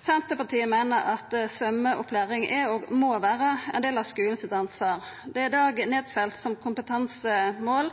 Senterpartiet meiner at svømmeopplæring er og må vera ein del av skulen sitt ansvar. Det er i dag nedfelt i læreplanen som kompetansemål